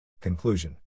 Conclusion